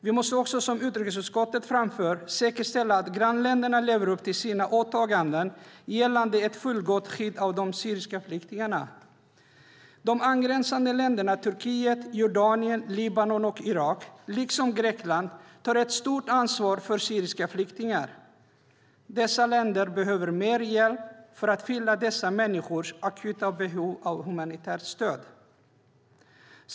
Vi måste också, som utrikesutskottet framför, säkerställa att grannländerna lever upp till sina åtaganden gällande ett fullgott skydd av de syriska flyktingarna. De angränsande länderna Turkiet, Jordanien, Libanon och Irak, liksom Grekland, tar ett stort ansvar för syriska flyktingar. Dessa länder behöver mer hjälp för att fylla dessa människors akuta behov av humanitärt stöd.